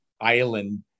island